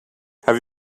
have